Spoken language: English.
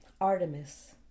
Artemis